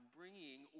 bringing